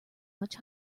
much